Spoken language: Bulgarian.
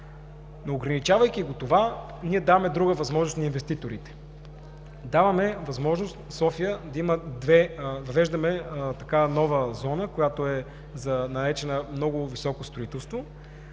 Но ограничавайки това, ние даваме друга възможност на инвеститорите – даваме възможност София да има, въвеждаме нова зона, която е наречена „много високо строителство“,